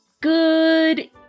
Good